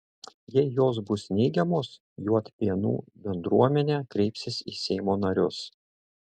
jei jos bus neigiamos juodpėnų bendruomenė kreipsis į seimo narius